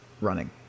running